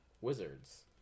wizards